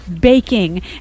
baking